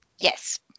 yes